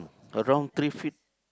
around three feet